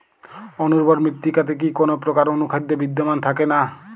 অনুর্বর মৃত্তিকাতে কি কোনো প্রকার অনুখাদ্য বিদ্যমান থাকে না?